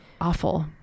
awful